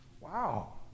Wow